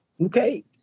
Okay